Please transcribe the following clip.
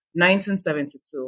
1972